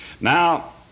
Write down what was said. Now